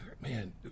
man